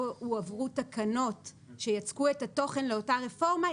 הועברו תקנות שיצקו את התוכן לאותה רפורמה,